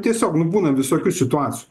tiesiog nu būna visokių situacijų